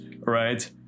right